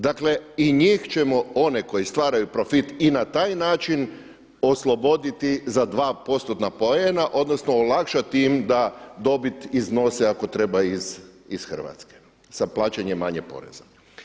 Dakle i njih ćemo, one koji stvaraju profit i na taj način osloboditi za dva postotna poena, odnosno olakšati im da dobit iznose ako treba iz Hrvatske sa plaćanjem manje poreza.